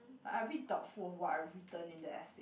I've been doubtful what I've written in the essay